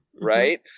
right